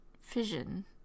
fission